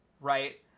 Right